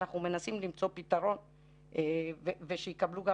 אנחנו מנסים למצוא פתרון ושיקבלו גם